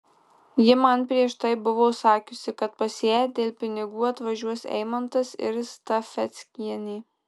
ji man prieš tai buvo sakiusi kad pas ją dėl pinigų atvažiuos eimantas ir stafeckienė